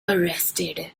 arrested